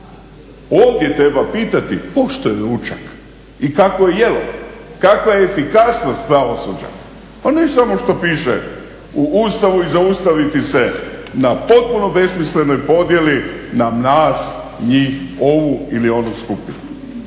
Ovdje treba pitati pošto je ručak i kakvo je jelo, kakva je efikasnost pravosuđa a ne samo što piše u Ustavu i zaustaviti se na potpuno besmislenoj podjeli na nas, njih, ovu ili onu skupinu.